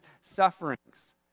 sufferings